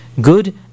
good